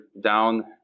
down